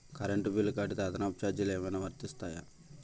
Current bill కడితే అదనపు ఛార్జీలు ఏమైనా వర్తిస్తాయా?